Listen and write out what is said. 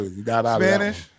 Spanish